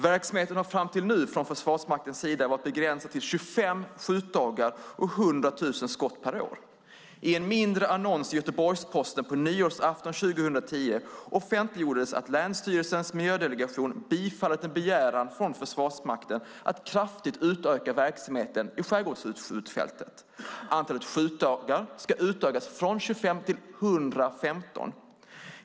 Verksamheten har fram till nu från Försvarsmaktens sida varit begränsad till 25 skjutdagar och 100 000 skott per år. I en mindre annons i Göteborgs-Posten på nyårsafton 2010 offentliggjordes det att länsstyrelsens miljödelegation bifallit en begäran från Försvarsmakten om att kraftigt utöka verksamheten vid skärgårdsskjutfältet. Antalet skjutdagar ska utökas från 25 till 115.